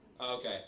Okay